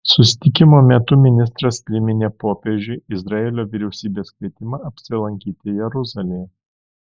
susitikimo metu ministras priminė popiežiui izraelio vyriausybės kvietimą apsilankyti jeruzalėje